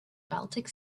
baltic